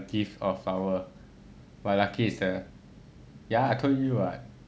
gift or flower but lucky is a ya I told you what